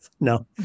No